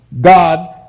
God